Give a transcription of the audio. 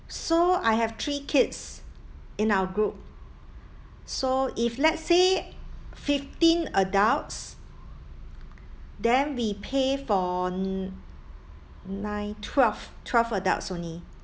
so I have three kids in our group so if let's say fifteen adults then we pay for n~ nine twelve twelve adults only